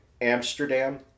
Amsterdam